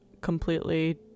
completely